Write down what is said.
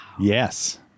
Yes